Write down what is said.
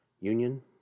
union